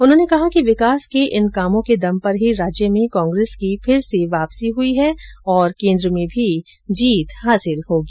उन्होंने कहा कि विकास के इन कामों के दम पर ही राज्य में कांग्रेस की फिर से वापसी हुई है और केन्द्र में भी जीत हासिल होगी